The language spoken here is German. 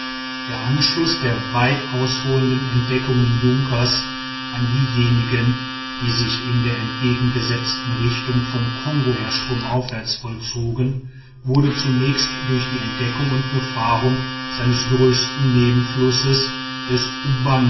der anschluß der weit ausholenden entdeckungen junkers an diejenigen die sich in der entgegengesetzten richtung vom kongo her stromaufwärts vollzogen wurde zunächst durch die entdeckung und befahrung seines größten nebenflusses des